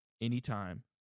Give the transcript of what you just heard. anytime